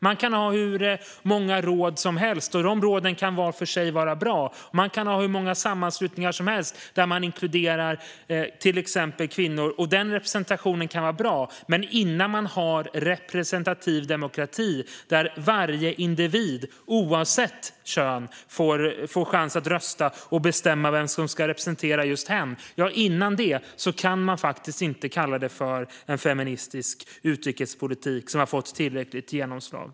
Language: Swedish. Man kan ha hur många råd som helst, och de råden kan var för sig vara bra, och man kan ha hur många sammanslutningar som helst där man inkluderar till exempel kvinnor, och den representationen kan vara bra, men innan man har representativ demokrati där varje individ oavsett kön får chans att rösta och bestämma vem som ska representera just hen kan man faktiskt inte kalla det för en feministisk utrikespolitik som har fått tillräckligt stort genomslag.